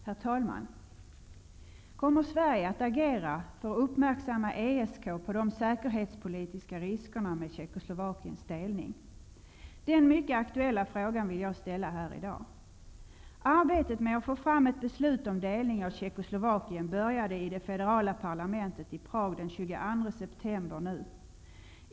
Herr talman! Kommer Sverige att agera för att uppmärksamma ESK på de säkerhetspolitiska riskerna med Tjeckoslovakiens delning? Den mycket aktuella frågan vill jag ställa här i dag. Arbetet med att få fram ett beslut om delning av Tjeckoslovakien började i det federala parlamentet i Prag den 22 september i år.